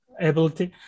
ability